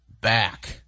back